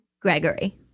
Gregory